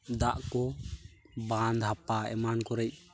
ᱫᱟᱜᱠᱚ ᱵᱟᱸᱫ ᱦᱟᱯᱟ ᱮᱢᱟᱱ ᱠᱚᱨᱮᱡ